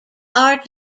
are